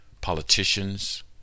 politicians